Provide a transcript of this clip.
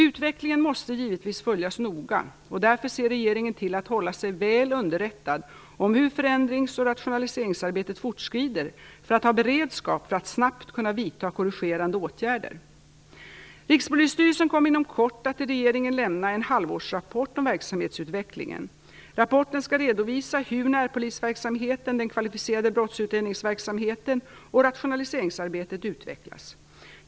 Utvecklingen måste givetvis följas noga, och därför ser regeringen till att hålla sig väl underrättad om hur förändrings och rationaliseringsarbetet fortskrider för att ha beredskap för att snabbt kunna vidta korrigerande åtgärder: Rikspolisstyrelsen kommer inom kort att till regeringen lämna en halvårsrapport om verksamhetsutvecklingen. Rapporten skall redovisa hur närpolisverksamheten, den kvalificerade brottsutredningsverksamheten och rationaliseringsarbetet utvecklats.